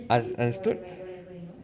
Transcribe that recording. ah understood